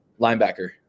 Linebacker